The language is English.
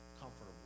comfortable